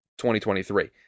2023